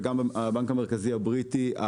וגם הבנק המרכזי הבריטי,